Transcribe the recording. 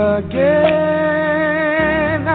again